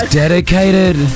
dedicated